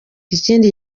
ikindi